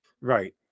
Right